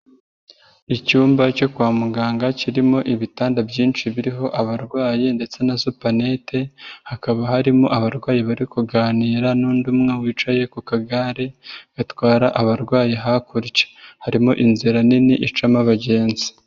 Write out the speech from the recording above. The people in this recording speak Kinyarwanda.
Icyumba cyo kwa muganga kirimo ibitanda byinshi biriho abarwayi ndetse na supanete, hakaba harimo abarwayi bari kuganira n'undi umwe wicaye ku kagare gatwara abarwayi hakurya, harimo inzira nini icamo abagenzi.